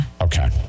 Okay